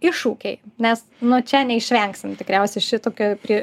iššūkiai nes nu čia neišvengsim tikriausiai šitokia prie